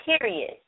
period